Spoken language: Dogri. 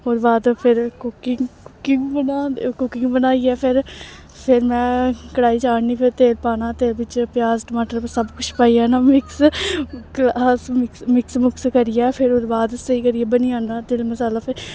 ओह्दे बाद फिर कुकिंग कुकिंग बनांदे कुकिंग बनाइयै फिर फिर में कड़ाही चाढ़नी फिर तेल पाना तेल बिच्च प्याज टमाटर सब कुछ पाइयै ना मिक्स ग्लास मिक्स मुक्स करियै फिर ओह्दे बाद स्हेई करियै बनी जाना इन्ने चिर मसाला फ्ही